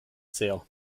sehr